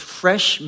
fresh